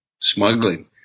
smuggling